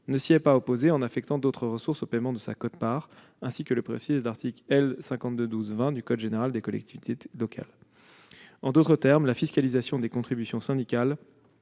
ne s'y est pas opposé en affectant d'autres ressources au paiement de sa quote-part, ainsi que le précise l'article L. 5212-20 du code général des collectivités territoriales. En d'autres termes, la fiscalisation des contributions syndicales